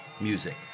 music